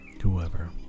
whoever